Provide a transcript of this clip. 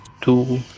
two